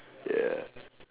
ya